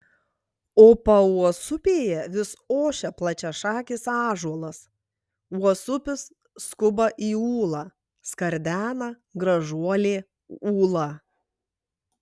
o pauosupėje vis ošia plačiašakis ąžuolas uosupis skuba į ūlą skardena gražuolė ūla